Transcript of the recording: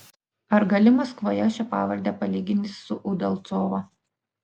ar gali maskvoje šią pavardę palyginti su udalcovo